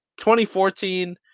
2014